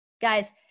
Guys